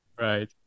Right